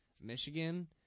Michigan